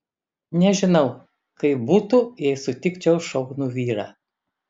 nežinau kaip būtų jei sutikčiau šaunų vyrą